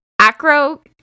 Acro